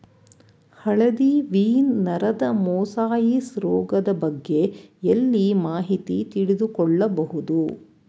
ಹಳದಿ ವೀನ್ ನರದ ಮೊಸಾಯಿಸ್ ರೋಗದ ಬಗ್ಗೆ ಎಲ್ಲಿ ಮಾಹಿತಿ ತಿಳಿದು ಕೊಳ್ಳಬಹುದು?